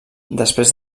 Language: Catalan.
després